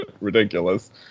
ridiculous